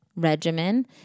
regimen